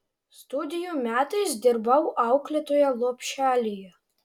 studijų metais dirbau auklėtoja lopšelyje